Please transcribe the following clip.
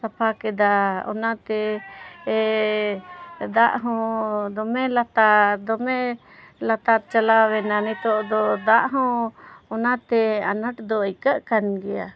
ᱥᱟᱯᱷᱟ ᱠᱮᱫᱟ ᱚᱱᱟᱛᱮ ᱫᱟᱜ ᱦᱚᱸ ᱫᱚᱢᱮ ᱞᱟᱛᱟᱨ ᱫᱚᱢᱮ ᱞᱟᱛᱟᱨ ᱪᱟᱞᱟᱣ ᱮᱱᱟ ᱱᱤᱛᱳᱜ ᱫᱚ ᱫᱟᱜ ᱦᱚᱸ ᱚᱱᱟᱛᱮ ᱟᱱᱟᱴ ᱫᱚ ᱟᱹᱭᱠᱟᱹᱜ ᱠᱟᱱ ᱜᱮᱭᱟ